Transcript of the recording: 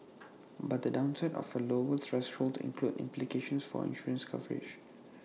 but the downside of A lower threshold includes implications for insurance coverage